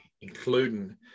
including